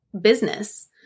business